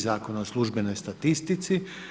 Zakona o službenoj statistici.